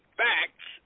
facts